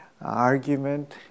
argument